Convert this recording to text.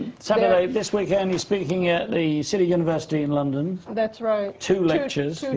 sorry, and this weekend you're speaking in the city university, in london. that's right. two lectures.